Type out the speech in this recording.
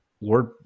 Lord